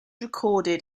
recorded